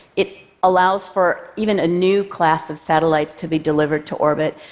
it allows for even a new class of satellites to be delivered to orbit.